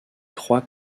trois